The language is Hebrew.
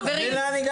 חברים, חברים.